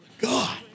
God